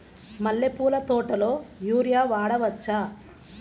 మల్లె పూల తోటలో యూరియా వాడవచ్చా?